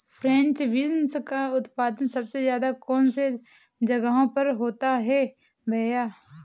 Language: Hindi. फ्रेंच बीन्स का उत्पादन सबसे ज़्यादा कौन से जगहों पर होता है भैया?